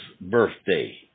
birthday